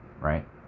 right